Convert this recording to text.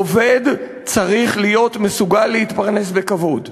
עובד צריך להיות מסוגל להתפרנס בכבוד.